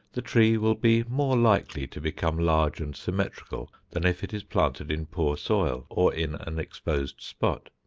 the tree will be more likely to become large and symmetrical, than if it is planted in poor soil or in an exposed spot.